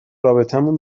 رابطمون